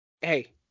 Hey